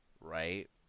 Right